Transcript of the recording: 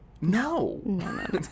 No